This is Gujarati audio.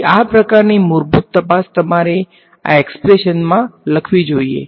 તેથી આ પ્રકારની મૂળભૂત તપાસ તમારે આ એક્સ્પ્રેશનમા લખવી જોઈએ